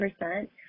percent